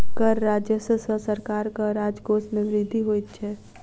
कर राजस्व सॅ सरकारक राजकोश मे वृद्धि होइत छै